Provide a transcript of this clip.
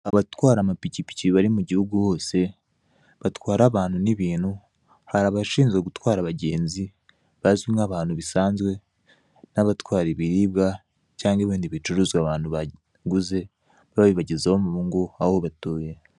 Abatwara amapikipiki bari mu gihugu hose, batwara abantu n'ibintu. Hari abashinzwe gutwara abagenzi bisanzwe, n'abatwara ibicuruzwa n'ibindi bintu abantu baguze, babibagezaho mu ngo aho batuye.